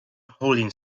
holding